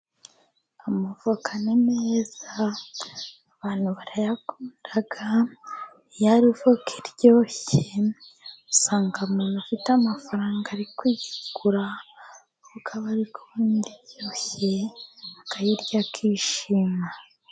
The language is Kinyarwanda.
Amavoka ni meza abantu barayakunda. Iyo ari ivoka iryoshye, usanga umuntu ufite amafaranga ari kuyigura, kuko aba ari kumva iryoshye, akayirya, akishima.